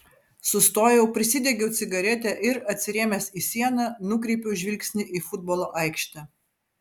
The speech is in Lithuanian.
sustojau prisidegiau cigaretę ir atsirėmęs į sieną nukreipiau žvilgsnį į futbolo aikštę